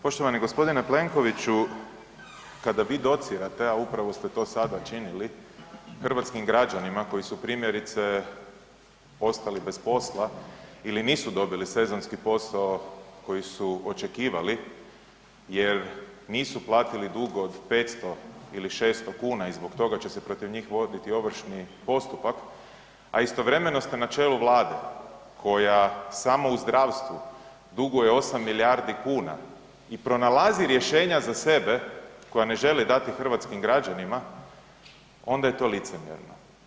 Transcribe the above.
Poštovani g. Plenkoviću, kada vi docirate, a upravo ste to sada činili hrvatskim građanima koji su primjerice ostali bez posla ili nisu dobili sezonski posao koji su očekivali jer nisu platili dug od 500 ili 600 kuna i zbog toga će se protiv njih voditi ovršni postupak, a istovremeno ste na čelu vlade koja samo u zdravstvu duguje 8 milijardi kuna i pronalazi rješenja za sebe koja ne želi dati hrvatskim građanima onda je to licemjerno.